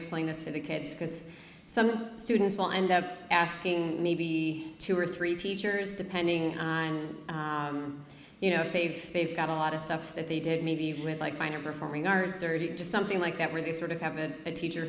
explain this to the kids because some students will end up asking maybe two or three teachers depending you know if they've they've got a lot of stuff that they did maybe with like fine or performing r s thirty to something like that where they sort of have a teacher